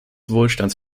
wohlstands